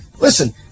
listen